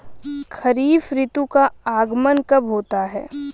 खरीफ ऋतु का आगमन कब होता है?